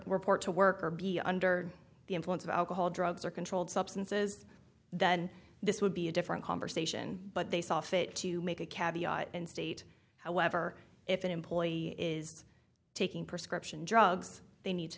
report to work or be under the influence of alcohol or drugs or controlled substances then this would be a different conversation but they saw fit to make a cab and state however if an employee is taking prescription drugs they need to